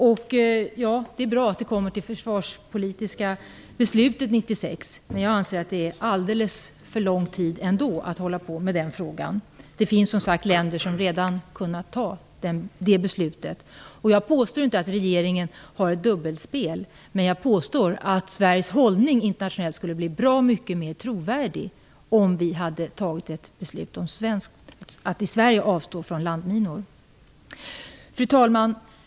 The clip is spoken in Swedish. Men det är bra att detta kommer till det försvarspolitiska beslutet 1996. Jag anser dock att det ändå är att hålla på alldeles för lång tid med den frågan. Det finns, som sagt, länder som redan har kunnat fatta ett sådant här beslut. Jag påstår inte att regeringen bedriver ett dubbelspel. Däremot påstår jag att Sveriges hållning internationellt skulle bli bra mycket trovärdigare om vi hade tagit ett beslut om att i Sverige avstå från landminor. Fru talman!